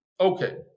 Okay